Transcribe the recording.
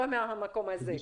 לא מהמקום הזה.